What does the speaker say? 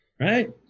Right